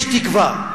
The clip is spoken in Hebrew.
יש תקווה.